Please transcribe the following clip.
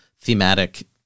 thematic